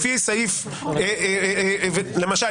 למשל,